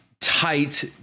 tight